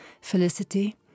Felicity